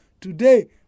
today